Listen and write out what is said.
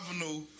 Avenue